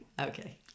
Okay